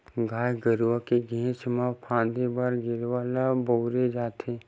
गाय गरुवा के घेंच म फांदे बर गेरवा ल बउरे जाथे